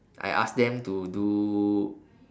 I ask them to do